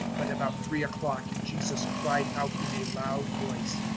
but about three o'clock jesus cried out in a loud voice,